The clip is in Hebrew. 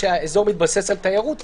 שהאזור מתבסס על תיירות וכו'.